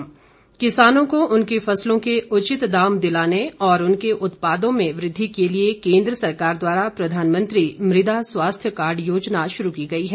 मृदा स्वास्थ्य किसानों को उनकी फसलों के उचित दाम दिलाने और उनके उत्पादों में वृद्धि के लिए केंद्र सरकार द्वारा प्रधानमंत्री मृदा स्वास्थ्य कार्ड योजना शुरू की गई है